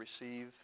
receive